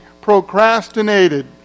procrastinated